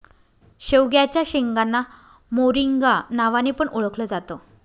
शेवग्याच्या शेंगांना मोरिंगा नावाने पण ओळखल जात